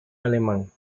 alemán